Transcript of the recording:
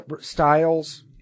styles